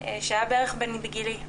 שהיה בערך בגילי.